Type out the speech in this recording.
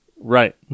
right